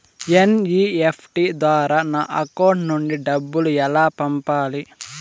NEFT ద్వారా నా account నుండి డబ్బులు ఎలా పంపాలి